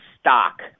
stock